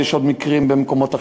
יש עוד מקרים במקומות אחרים,